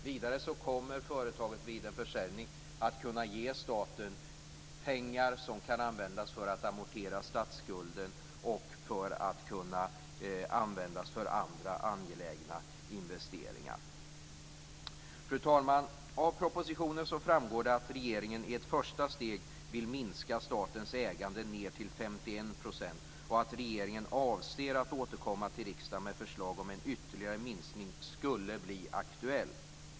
Vidare kommer företaget vid en försäljning att kunna ge staten pengar som kan användas för att amortera statsskulden och för andra angelägna investeringar. Fru talman! Av propositionen framgår det att regeringen i ett första steg vill minska statens ägande till 51 % och att regeringen avser att återkomma till riksdagen om en ytterligare minskning skulle bli aktuell.